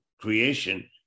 creation